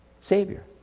Savior